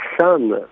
son